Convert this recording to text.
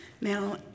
Now